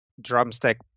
Drumstick